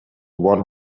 one